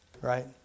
right